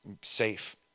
safe